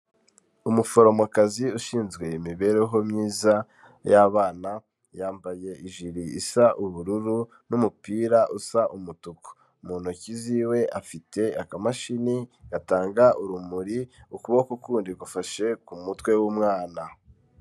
Umuforomokazi ushinzwe imibereho myiza y'abana, yambaye ijiri isa ubururu n'umupira usa umutuku, mu ntoki ziwe afite akamashini gatanga urumuri, ukuboko kundi gufashe ku mutwe w'umwana.